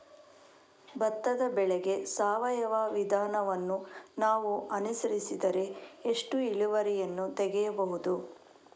ಭತ್ತದ ಬೆಳೆಗೆ ಸಾವಯವ ವಿಧಾನವನ್ನು ನಾವು ಅನುಸರಿಸಿದರೆ ಎಷ್ಟು ಇಳುವರಿಯನ್ನು ತೆಗೆಯಬಹುದು?